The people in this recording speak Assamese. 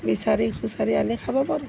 বিচাৰি খুচাৰি আমি খাব পাৰোঁ